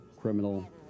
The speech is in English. criminal